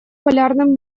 полярным